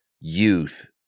youth